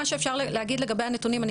מה שאפשר להגיד לגבי הנתונים אני